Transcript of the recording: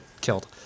killed